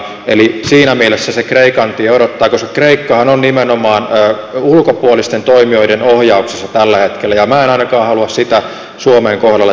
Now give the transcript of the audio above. eli siinä mielessä se kreikan tie odottaa koska kreikkahan on nimenomaan ulkopuolisten toimijoiden ohjauksessa tällä hetkellä ja minä en ainakaan halua sitä suomen kohdalle tapahtuvan